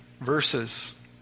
verses